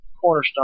cornerstone